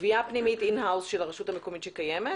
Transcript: גבייה פנימית in-house של הרשות המקומית שקיימת,